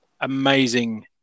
amazing